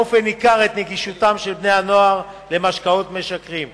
באופן ניכר את נגישותם של משקאות משכרים לבני-הנוער.